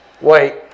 Wait